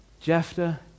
Jephthah